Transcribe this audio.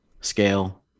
scale